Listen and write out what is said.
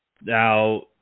Now